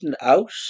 out